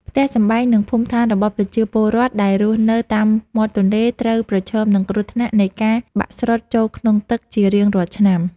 ផ្ទះសម្បែង និង ភូមិដ្ឋានរបស់ប្រជាពលរដ្ឋដែលរស់នៅតាមមាត់ទន្លេត្រូវប្រឈមនឹងគ្រោះថ្នាក់នៃការបាក់ស្រុតចូលក្នុងទឹកជារៀងរាល់ឆ្នាំ។